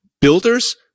builders